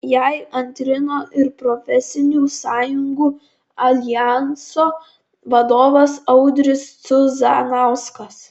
jai antrino ir profesinių sąjungų aljanso vadovas audrius cuzanauskas